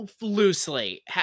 loosely